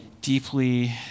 deeply